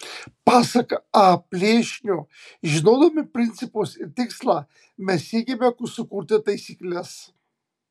pasak a plėšnio žinodami principus ir tikslą mes siekiame sukurti taisykles